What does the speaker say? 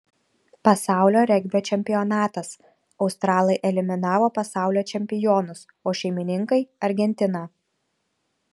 pasaulio regbio čempionatas australai eliminavo pasaulio čempionus o šeimininkai argentiną